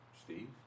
Steve